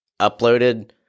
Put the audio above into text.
uploaded